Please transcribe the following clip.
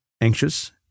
anxious